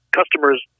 customers